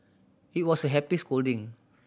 it was a happy scolding